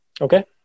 Okay